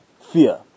Fear